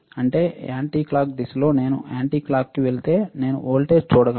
అంటే anti clock దిశలో నేను యాంటీ క్లాక్కి వెళితే నేను వోల్టేజ్ చూడగలను